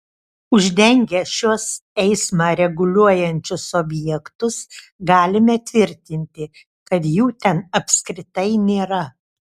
uždengę šiuos eismą reguliuojančius objektus galime tvirtinti kad jų ten apskritai nėra